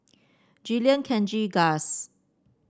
Jillian Kenji Guss